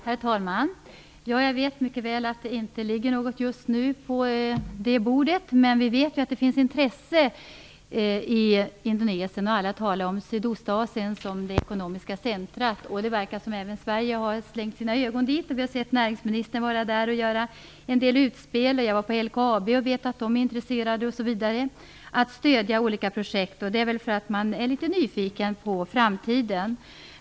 Herr talman! Jag vet mycket väl att det just nu inte ligger något förslag på Sidas bord. Vi vet dock att det finns ett intresse i Indonesien, och alla talar om Sydostasien som det ekonomiska centret. Det verkar som om även Sverige har kastat en blick på detta. Näringsministern har t.ex. gjort en del utspel. Jag har varit på besök på LKAB och vet att man där är intresserad av att stödja olika projekt, osv. Detta beror väl på att man är litet nyfiken på framtiden.